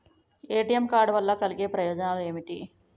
ATM card వల్ల కలిగే ప్రయోజనాలు ఏమిటి?